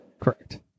Correct